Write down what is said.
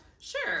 Sure